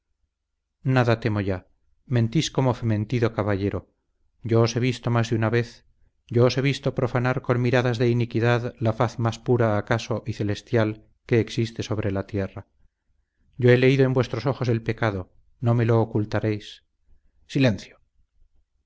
nada temo ya mentís como fementido caballero yo os he visto más de una vez yo os he visto profanar con miradas de iniquidad la faz más pura acaso y celestial que existe sobre la tierra yo he leído en vuestros ojos el pecado no me lo ocultaréis silencio